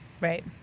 Right